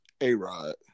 A-Rod